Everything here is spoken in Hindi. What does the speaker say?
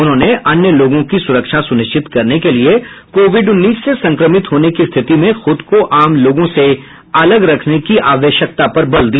उन्होंने अन्य लोगों की सुरक्षा सुनिश्चित करने के लिए कोविड उन्नीस से संक्रमित होने की स्थिति में खुद को आम लोगों से अलग रखने की आवश्यकता पर बल दिया